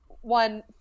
one